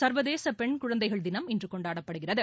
சா்வதேச பெண் குழந்தைகள் தினம் இன்று கொண்டாடப்படுகிறது